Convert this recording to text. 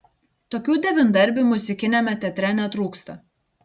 tokių devyndarbių muzikiniame teatre netrūksta